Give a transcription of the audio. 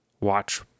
watch